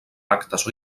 actes